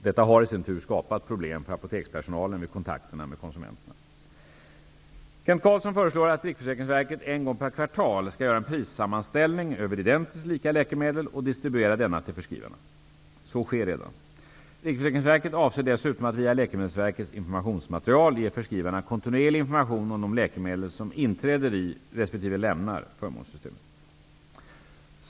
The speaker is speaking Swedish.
Detta har i sin tur skapat problem för apotekspersonalen vid kontakterna med konsumenterna. Kent Carlsson föreslår att RFV en gång per kvartal skall göra en prissammanställning över identiskt lika läkemedel och distribuera denna till förskrivarna. Så sker redan. RFV avser dessutom att via Läkemedelsverkets informationsmaterial ge förskrivarna kontinuerlig information om de läkemedel som inträder i resp. lämnar förmånssystemet.